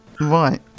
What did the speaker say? Right